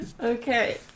Okay